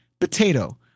potato